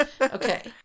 Okay